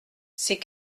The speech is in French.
ces